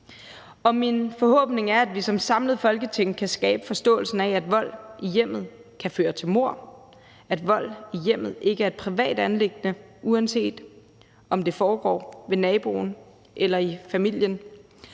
min forhåbning er, at vi som samlet Folketing kan skabe en forståelse af, at vold i hjemmet kan føre til mord, at vold i hjemmet ikke er et privat anliggende, uanset om det foregår hos naboen eller i familien,